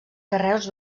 carreus